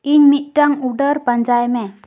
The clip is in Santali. ᱤᱧ ᱢᱤᱫᱴᱟᱝ ᱩᱰᱟᱹᱨ ᱯᱟᱸᱡᱟᱭ ᱢᱮ